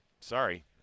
Sorry